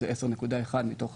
זה 10.1 מתוך